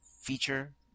feature